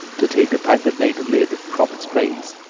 to take the tightly nailed lid from its place,